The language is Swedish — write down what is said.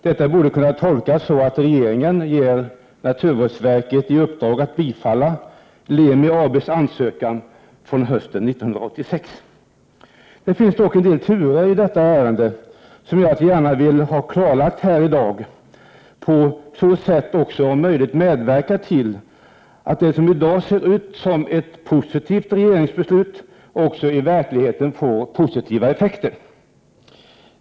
Detta borde kunna tolkas så att regeringen ger naturvårdsverket i uppdrag att bifalla Lemi AB:s ansökan från hösten 1986. Det finns dock en del turer i detta ärende som jag gärna vill ha klarlagda här i dag, vilket kan medverka till att det som i dag ser ut som ett positivt regeringsbeslut också i verkligheten får positiva effekter.